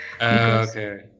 okay